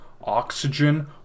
oxygen